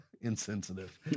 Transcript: insensitive